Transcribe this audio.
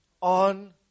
on